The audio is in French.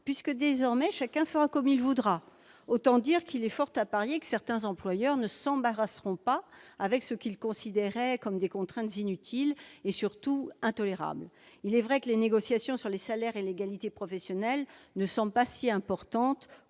triennale. Désormais, chacun fera comme il voudra ! Il y a fort à parier que certains employeurs ne s'embarrasseront pas avec ce qu'ils considéraient comme des contraintes inutiles et évidemment intolérables ... Il est vrai que les négociations sur les salaires et l'égalité professionnelle ne semblent pas si importantes